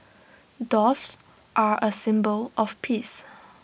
doves are A symbol of peace